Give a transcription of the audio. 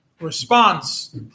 response